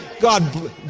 God